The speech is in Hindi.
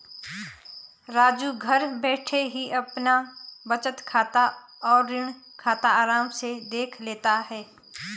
राजू घर बैठे ही अपना बचत खाता और ऋण खाता आराम से देख लेता है